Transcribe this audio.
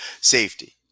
safety